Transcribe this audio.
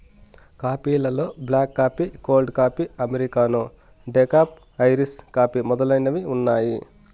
coffee లలో black coffee, cold coffee, americano, decaf, Irish coffee మొదలైనవి ఉన్నాయి